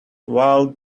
while